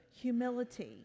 humility